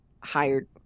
hired